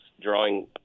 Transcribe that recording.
drawing